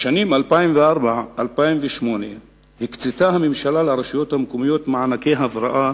בשנים 2004 2008 הקצתה הממשלה לרשויות המקומיות מענקי הבראה